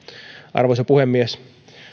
arvoisa puhemies